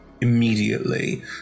immediately